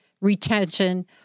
retention